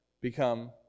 become